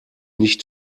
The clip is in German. nicht